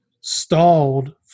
stalled